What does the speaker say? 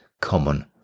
common